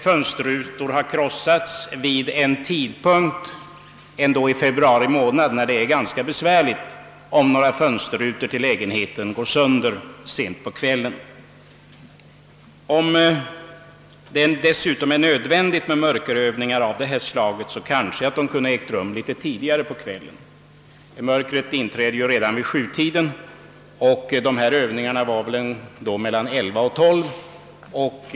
Fönsterrutor krossades i en del lägenheter, och det är ganska besvärligt när sådana skador uppkommer sent på kvällen i februari månad — det var då de aktuella övningarna hölls. Om mörkerövningarna måste genomföras kunde de kanske ha ägt rum litet tidigare på kvällen. Mörkret inträder ju i februari månad redan vid nittontiden, och dessa övningar hölls först mellan klockan 23 och 24.